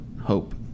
hope